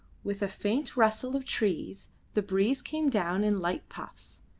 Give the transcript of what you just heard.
with a faint rustle of trees the breeze came down in light puffs,